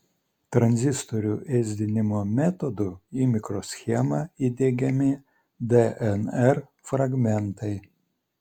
tranzistorių ėsdinimo metodu į mikroschemą įdiegiami dnr fragmentai